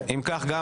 הצבעה אושר.